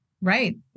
Right